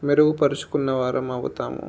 మెరుగుపరుచుకున్నవారం అవుతాము